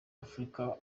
afurika